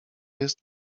jest